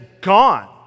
gone